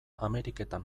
ameriketan